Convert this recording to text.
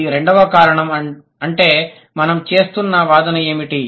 అది రెండవ కారణం అంటే మనం చేస్తున్న వాదన ఏమిటీ